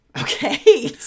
Okay